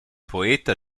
poeta